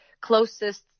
closest